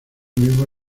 mismo